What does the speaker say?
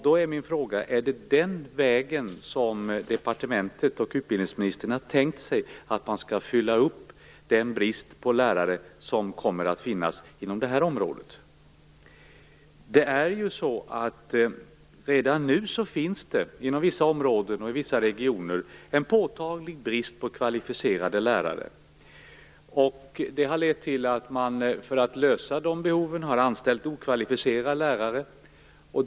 Då är min fråga: Är det på den vägen som departementet och utbildningsministern har tänkt sig att man skall komma till rätta med den brist på lärare som kommer att finnas inom det här området? Redan nu finns det inom vissa områden och regioner en påtaglig brist på kvalificerade lärare, och för att tillgodose behoven har man i stället anställt okvalificerade lärare.